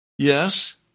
Yes